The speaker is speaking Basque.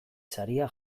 saria